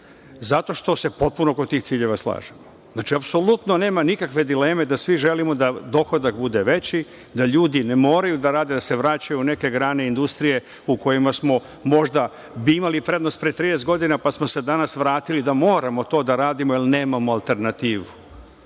zato što se potpuno oko tih ciljeva slažemo. Znači, apsolutno nema nikakve dileme da svi želimo da dohodak bude veći, da ljudi ne moraju da rade, da se vraćaju u neke grane industrije u kojima smo možda imali prednost pre 30 godina, pa smo se danas vratili da moramo to da radimo jer nemamo alternativu.